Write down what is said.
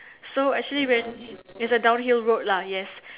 so actually when it's a downhill road lah yes